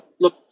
look